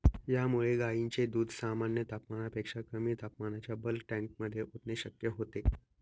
यामुळे गायींचे दूध सामान्य तापमानापेक्षा कमी तापमानाच्या बल्क टँकमध्ये ओतणे शक्य होते